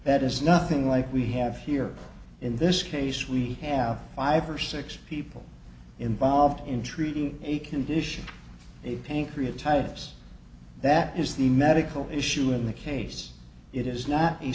that is nothing like we have here in this case we have five or six people involved in treating a condition a pain korea types that is the medical issue in the case it is not a